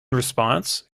response